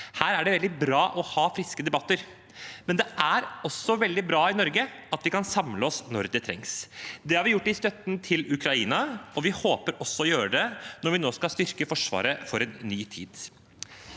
Her er det veldig bra å ha friske debatter. Men det er også veldig bra at vi i Norge kan samle oss når det trengs. Det har vi gjort i støtten til Ukraina, og vi håper også å gjøre det når vi nå skal styrke Forsvaret for en ny tid.